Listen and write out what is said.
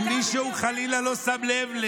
ומי שחלילה לא שם לב,